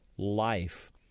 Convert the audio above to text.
Life